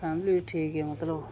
family बी ठीक ऐ मतलब